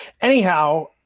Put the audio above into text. anyhow